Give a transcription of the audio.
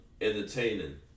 Entertaining